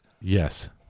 yes